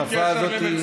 השפה הזאת,